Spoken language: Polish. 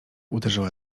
uderzyła